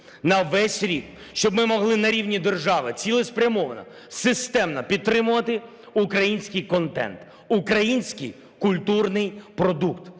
на весь рік. Щоб ми могли на рівні держави цілеспрямовано системно підтримувати український контент, український культурний продукт.